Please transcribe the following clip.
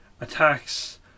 attacks